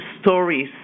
stories